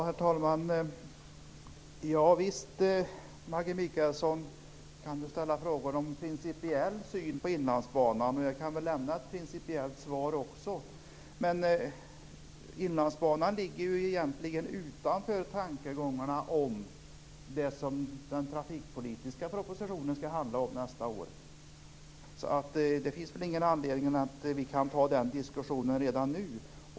Herr talman! Visst kan Maggi Mikaelsson ställa frågor om vår principiella syn på Inlandsbanan. Jag kan väl lämna ett principiellt svar. Inlandsbanan ligger egentligen utanför tankegångarna som den trafikpolitiska propositionen skall handla om som skall läggas fram nästa år. Det finns väl ingen anledning att ta den diskussionen redan nu.